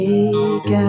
Take